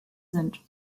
sind